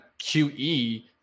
QE